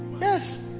yes